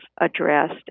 addressed